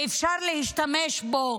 שאפשר להשתמש בו,